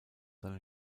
seine